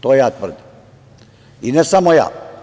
To ja tvrdim i ne samo ja.